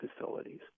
facilities